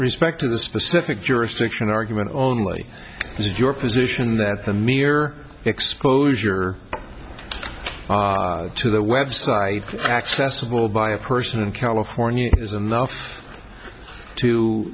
respect to the specific jurisdiction argument only is your position that the mere exposure to the website accessible by a person in california is enough to